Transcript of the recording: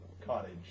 cottage